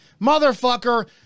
motherfucker